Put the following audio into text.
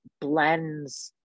blends